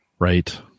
right